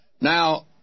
Now